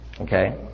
okay